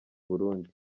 burundi